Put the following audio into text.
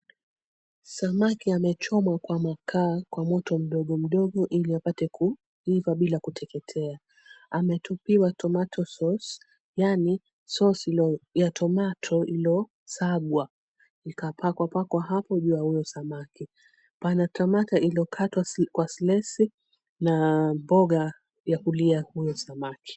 Samaki amechomwa kwa makaa kwa moto mdogo mdogo ili apate kuiva bila kuteketea. Ametupiwa tomato sauce yaani sauce ya tomato iliyosagwa ikapakwapakwa hapo juu ya huyo samaki. Pana tomato iliyokatwa kwa slice na mboga ya kulia huyo samaki.